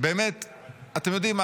אתם יודעים,